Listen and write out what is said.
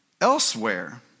elsewhere